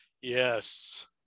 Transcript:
yes